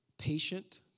Patient